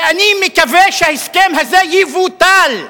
ואני מקווה שההסכם הזה יבוטל,